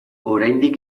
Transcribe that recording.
oraindik